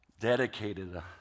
dedicated